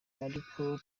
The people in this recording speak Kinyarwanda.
ariko